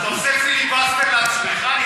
אתה עושה פיליבסטר לעצמך?